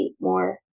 more